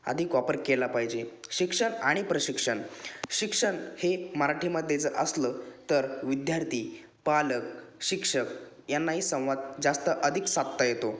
आधिक वापर केला पाहिजे शिक्षण आणि प्रशिक्षण शिक्षण हे मराठीमध्ये जर असलं तर विद्यार्थी पालक शिक्षक यांनाही संवाद जास्त अधिक साधता येतो